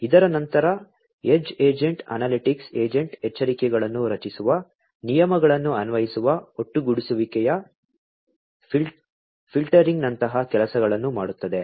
ಇದರ ನಂತರ edge agent analytics agent ಎಚ್ಚರಿಕೆಗಳನ್ನು ರಚಿಸುವ ನಿಯಮಗಳನ್ನು ಅನ್ವಯಿಸುವ ಒಟ್ಟುಗೂಡಿಸುವಿಕೆಯ ಫಿಲ್ಟರಿಂಗ್ನಂತಹ ಕೆಲಸಗಳನ್ನು ಮಾಡುತ್ತದೆ